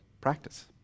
practice